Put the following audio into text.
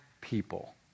people